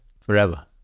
Forever